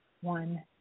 one